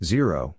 Zero